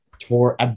Tour